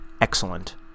excellent